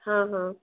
हाँ हाँ